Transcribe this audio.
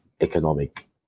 economic